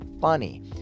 funny